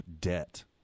debt